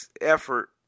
effort